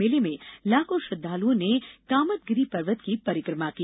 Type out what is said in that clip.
मेले में लाखों श्रद्वालुओं ने कामदगिरी पर्वत की परिक्रमा की